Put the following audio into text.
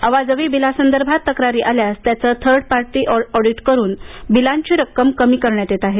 अवाजवी बीलांसदर्भात तक्रारी आल्यास त्याचं थर्ड पार्टी ऑडिट करून बीलांची रक्कम कमी करण्यात येत आहे